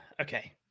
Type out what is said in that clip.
okay